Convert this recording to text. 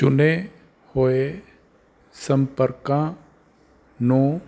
ਚੁਣੇ ਹੋਏ ਸੰਪਰਕਾਂ ਨੂੰ